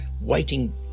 waiting